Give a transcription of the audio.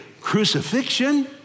crucifixion